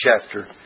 chapter